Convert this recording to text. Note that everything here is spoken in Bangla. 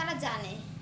তারা জানে